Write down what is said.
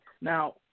Now